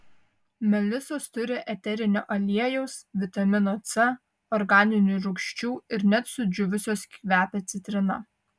melisos turi eterinio aliejaus vitamino c organinių rūgščių ir net sudžiūvusios kvepia citrina